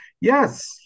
Yes